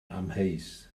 amheus